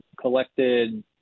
collected